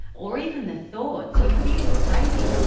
or even the thoughts, you feel crazy,